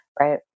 right